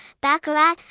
baccarat